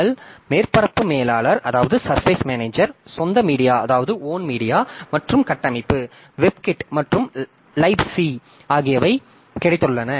L மேற்பரப்பு மேலாளர் சொந்த மீடியா மற்றும் கட்டமைப்பு வெப்கிட் மற்றும் லைப்சி ஆகியவை கிடைத்துள்ளன